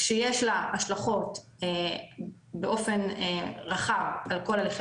כשיש לה השלכות באופן רחב על כל הליכי